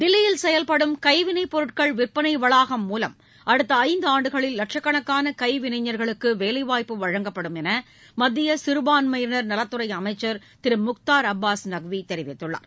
தில்லியில் செயல்படும் கைவினைப் பொருட்கள் விற்பளை வளாகம் மூலம் அடுத்த ஐந்தாண்டுகளில் வட்சக்கணக்கான கைவிளைஞா்களுக்கு வேலைவாய்ப்பு வழங்கப்படும் என மத்திய சிறுபான்மையினர் நலத்துறை அமைச்சர் திரு முக்தார் அப்பாஸ் நக்வி தெரிவித்துள்ளார்